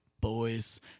boys